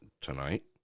tonight